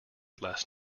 last